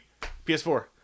PS4